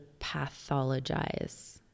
pathologize